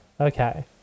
Okay